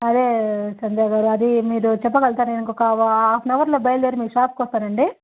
అదే సంధ్య గారు అది మీరు చెప్పగలుగుతారా నేను ఇంక ఒక్క హాఫ్ ఆన్ అవర్లో బయలుదేరి మీ షాప్కి వస్తానండి